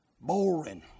boring